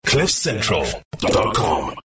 CliffCentral.com